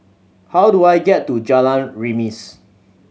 how do I get to Jalan Remis